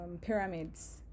pyramids